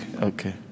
okay